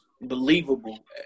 believable